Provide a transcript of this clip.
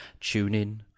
TuneIn